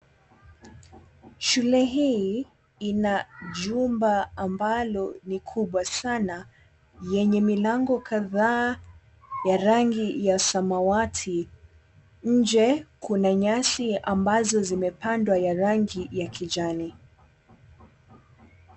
Shule hii ina jumba ambalo ni kubwa sana yenye milango kadhaa ya rangi ya samawati. Nje kuna nyasi ambazo zimepandwa ya rangi ya kijani.